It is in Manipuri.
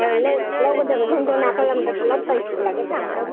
ꯂꯧꯒꯗꯕꯁꯤꯡꯗꯣ ꯅꯥꯀꯜ ꯑꯝꯗ ꯄꯨꯂꯞ ꯄꯩꯁꯤꯜꯂꯒ ꯊꯝꯃꯣ